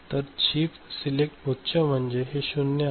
तर chip select उच्च आहे म्हणजे हे 0 आहे